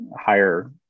higher